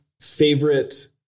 favorite